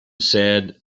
said